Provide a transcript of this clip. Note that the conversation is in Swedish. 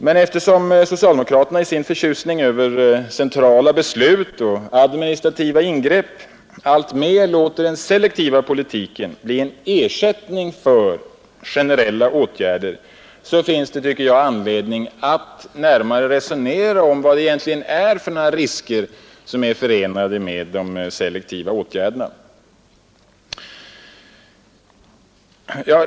Men eftersom socialdemokraterna i sin förtjusning över centrala beslut och administrativa ingrepp alltmer låter den selektiva politiken bli en ersättning för generella åtgärder finns det, tycker jag, anledning att närmare resonera om vad det är för risker förenade med de selektiva åtgärderna.